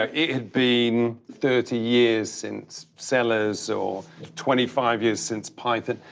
ah it had been thirty years since sellers or twenty five years since python,